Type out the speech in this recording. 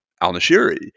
al-Nashiri